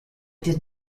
did